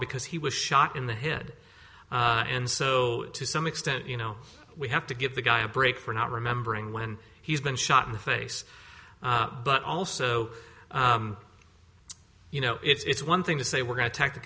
because he was shot in the head and so to some extent you know we have to give the guy a break for not remembering when he's been shot in the face but also you know it's one thing to say we're going to check the